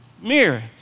mirror